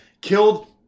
Killed